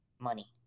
money